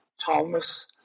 Thomas